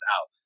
out